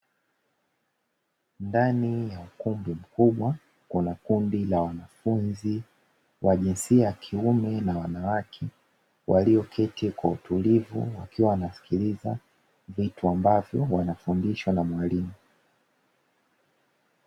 Ndani ya ukumbi mkubwa, kuna kundi la wanafunzi wa jinsia ya kiume na wanawake walioketi kwa utulivu, wakiwa wanasikiliza vitu ambavyo wanafundishwa na mwalimu.